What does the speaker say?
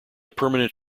permanent